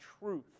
truth